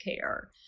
care